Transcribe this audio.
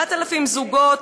9,000 זוגות,